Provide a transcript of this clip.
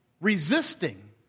resisting